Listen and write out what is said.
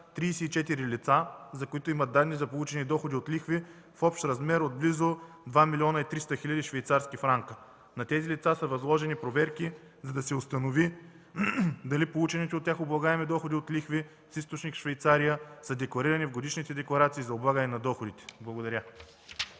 34 лица, за които има данни за получени доходи от лихви в общ размер на близо 2 млн. 300 хил. швейцарски франка. За тези лица са възложени проверки, за да се установи дали получените от тях облагаеми доходи от лихви с източник Швейцария са декларирани в годишните декларации за облагане на доходите. Благодаря.